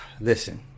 listen